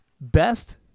Best